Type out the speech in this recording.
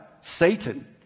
Satan